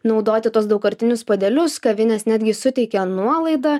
naudoti tuos daugkartinius puodelius kavinės netgi suteikia nuolaidą